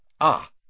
Ah